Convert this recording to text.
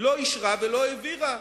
לא אישרה ולא העבירה,